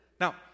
Now